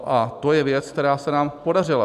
A to je věc, která se nám podařila.